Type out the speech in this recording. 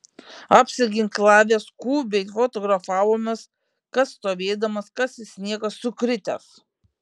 apsiginklavę skubiai fotografavomės kas stovėdamas kas į sniegą sukritęs